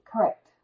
Correct